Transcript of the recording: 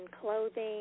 clothing